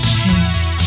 peace